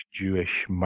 Jewish